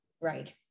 right